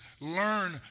learn